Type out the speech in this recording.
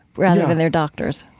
rather than their doctors